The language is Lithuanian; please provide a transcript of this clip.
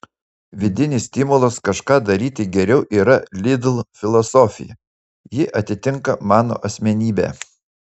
vidinis stimulas kažką daryti geriau yra lidl filosofija ji atitinka mano asmenybę